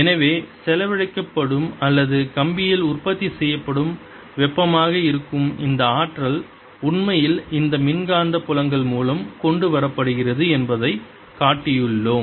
எனவே செலவழிக்கப்படும் அல்லது கம்பியில் உற்பத்தி செய்யப்படும் வெப்பமாக இருக்கும் இந்த ஆற்றல் உண்மையில் இந்த மின்காந்த புலங்கள் மூலம் கொண்டு வரப்படுகிறது என்பதைக் காட்டியுள்ளோம்